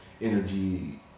Energy